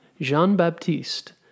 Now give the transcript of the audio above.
Jean-Baptiste